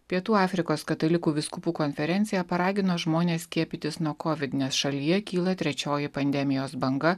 pietų afrikos katalikų vyskupų konferencija paragino žmones skiepytis nuo covid nes šalyje kyla trečioji pandemijos banga